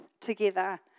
together